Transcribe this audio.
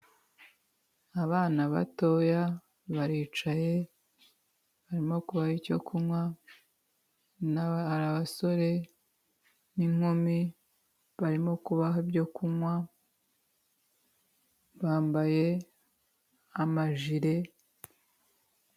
Abana batoya baricaye, harimo kubaha icyo kunywa, harimo abasore n' inkumi bari kubaha ibyo kunywa bambaye amajiri.